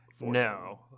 No